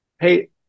hey